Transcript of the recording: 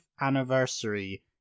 anniversary